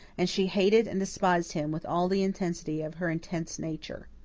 and she hated and despised him with all the intensity of her intense nature.